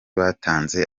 batanze